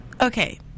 Okay